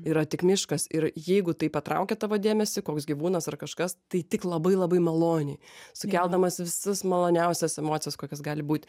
yra tik miškas ir jeigu tai patraukia tavo dėmesį koks gyvūnas ar kažkas tai tik labai labai maloniai sukeldamas visus maloniausias emocijas kokios gali būti